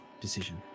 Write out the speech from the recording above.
decision